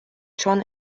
چون